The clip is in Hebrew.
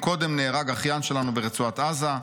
"קודם נהרג אחיין שלנו ברצועת עזה,